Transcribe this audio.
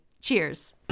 Cheers